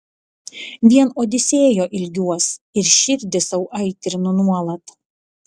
vien odisėjo ilgiuos ir širdį sau aitrinu nuolat